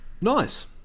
Nice